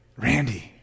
Randy